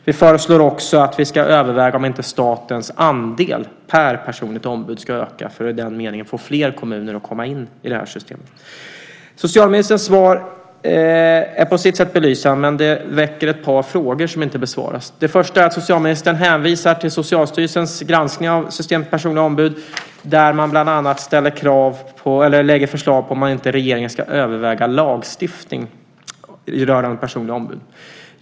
Vi föreslår också att vi ska överväga om inte statens andel per personligt ombud ska öka för att i den meningen få fler kommuner att komma in i det här systemet. Socialministerns svar är på sitt sätt belysande, men det väcker ett par frågor som inte besvaras. Socialministern hänvisar till Socialstyrelsens granskning av systemet med personliga ombud, där man bland annat föreslår att regeringen ska överväga lagstiftning rörande personliga ombud.